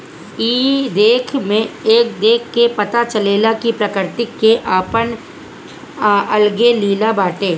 ई देख के पता चलेला कि प्रकृति के आपन अलगे लीला बाटे